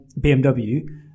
BMW